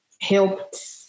helped